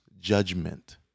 judgment